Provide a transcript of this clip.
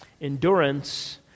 endurance